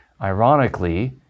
Ironically